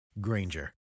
Granger